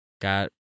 Got